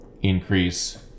increase